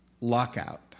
lockout